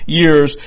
years